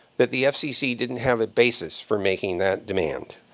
that the fcc didn't have a basis for making that demand.